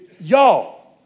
Y'all